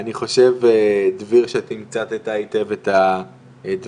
אני חושב דביר שאתה תמצתת היטב את הדברים,